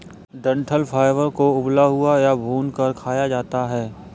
डंठल फाइबर को उबला हुआ या भूनकर खाया जाता है